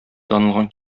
танылган